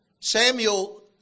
Samuel